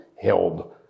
held